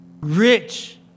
rich